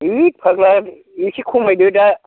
ओइ फाग्ला एसे खमायदो दा